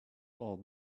all